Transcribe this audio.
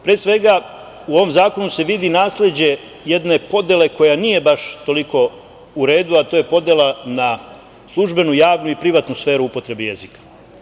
Pre svega, u ovom zakonu se vidi nasleđe jedne podele koja nije baš toliko u redu, a to je podela na službenu, javnu i privatnu sferu upotrebe jezika.